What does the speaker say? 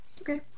Okay